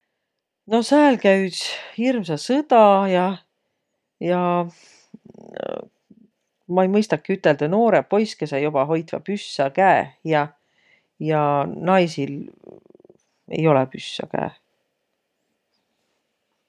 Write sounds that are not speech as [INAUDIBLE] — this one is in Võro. No sääl käü üts hirmsa sõda ja, ja [HESITATION] ma ei mõistaki üteldäq, noorõq poiskõsõq joba hoitvaq püssä käeh ja naisil ei olõq püssä käeh.